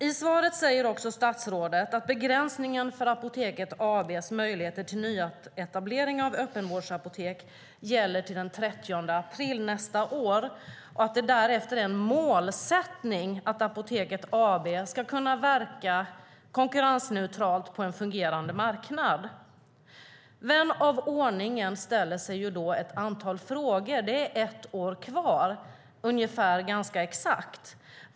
I svaret säger statsrådet att begränsningen för Apoteket AB:s möjligheter till nyetablering av öppenvårdsapotek gäller till den 30 april nästa år. Därefter är det en målsättning att Apoteket AB ska kunna verka konkurrensneutralt på en fungerande marknad. Vän av ordning ställer sig då ett antal frågor. Det är ganska exakt ett år kvar.